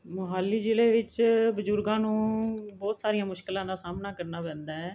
ਮੋਹਾਲੀ ਜ਼ਿਲੇ ਵਿੱਚ ਬਜ਼ੁਰਗਾਂ ਨੂੰ ਬਹੁਤ ਸਾਰੀਆਂ ਮੁਸ਼ਕਿਲਾਂ ਦਾ ਸਾਹਮਣਾ ਕਰਨਾ ਪੈਂਦਾ ਹੈ